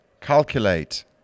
Calculate